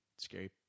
scary